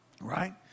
right